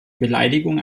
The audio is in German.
beleidigung